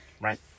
Right